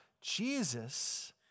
Jesus